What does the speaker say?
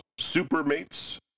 Supermates